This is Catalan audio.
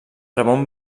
ramon